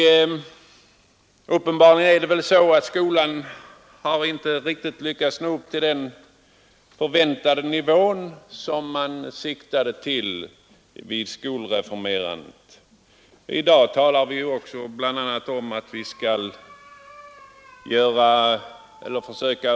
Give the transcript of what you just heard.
Förmodligen har skolan inte riktigt lyckats uppnå den nivå man siktade till vid skolans reformering. I dag talar vi bl.a. om att försöka öka elevernas baskunskaper.